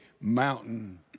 mountain